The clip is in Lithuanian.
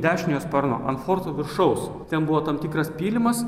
dešiniojo sparno ant forto viršaus ten buvo tam tikras pylimas